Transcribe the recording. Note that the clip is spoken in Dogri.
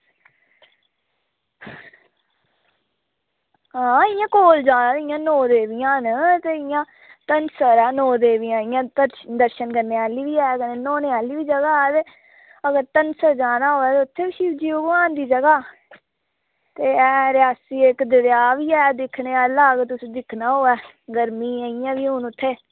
आं इंया कोल जाना होऐ ते नौ देवियां न इंया डनसर ऐ नौ देवियां न इंया दर्शन करने आह्ली ते न्हौने आह्ली जगह ते अगर डनसर जाना होऐ ते उत्थें बी शिवजी भगवान दी जगह ते रियासी इक्क दरेआ बी ऐ दिक्खने आह्ला ते उसी दिक्खना होऐ ते गर्मियें गी हून बी उत्थें